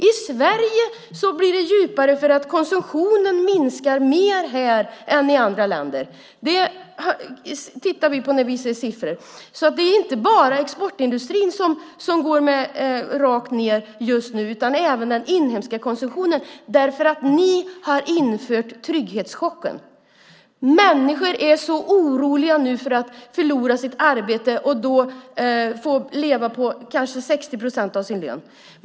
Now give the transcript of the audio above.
I Sverige blir den djupare, för konsumtionen minskar mer här än i andra länder. Det ser vi siffror på. Det är inte bara exportindustrin som det går rakt nedåt för just nu utan även den inhemska konsumtionen, för ni har infört trygghetschocken. Människor är nu så oroliga för att förlora sitt arbete och då få leva på kanske 60 procent av sin lön.